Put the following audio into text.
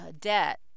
debt